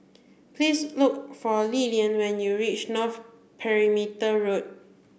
please look for Lilian when you reach North Perimeter Road